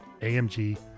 amg